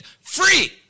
free